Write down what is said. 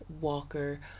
Walker